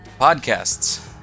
podcasts